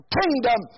kingdom